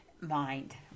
mind